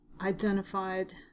identified